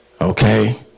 okay